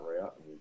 route